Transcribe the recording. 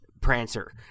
Prancer